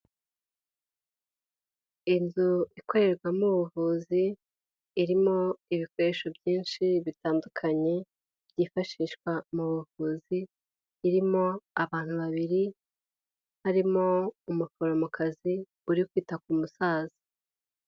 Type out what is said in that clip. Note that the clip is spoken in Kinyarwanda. Inzu ikorerwamo ubuvuzi, irimo ibikoresho byinshi bitandukanye, byifashishwa mu buvuzi, irimo abantu babiri harimo umuforomokazi uri kwita ku musaza.